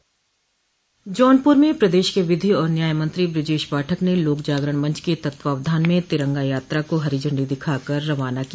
जौनपुर में प्रदेश के विधि और न्याय मंत्री बृजेश पाठक ने लोकजागरण मंच के तत्वावधान में तिरंगा यात्रा को हरी झंडी दिखाकर रवाना किया